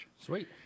Sweet